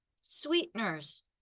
sweeteners